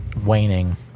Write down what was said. waning